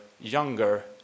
younger